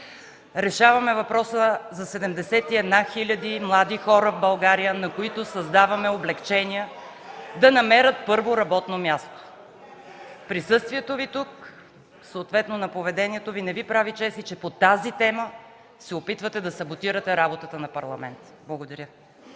Решаваме въпроса за 71 хиляди млади хора в България, на които създаваме облекчения да намерят първо работно място. Присъствието Ви тук, съответно на поведението Ви, не Ви прави чест, че по тази тема се опитвате да саботирате работата на Парламента. Благодаря.